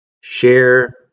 share